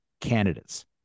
candidates